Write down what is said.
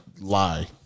lie